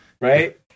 Right